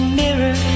mirror